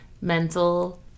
mental